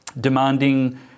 demanding